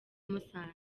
musanze